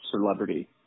celebrity